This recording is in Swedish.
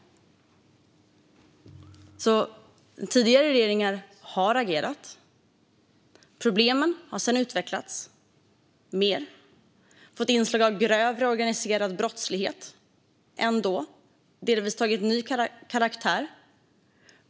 Tidigare regeringar har agerat. Problemen har sedan utvecklats mer och fått inslag av grövre organiserad brottslighet och delvis ny karaktär.